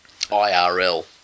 IRL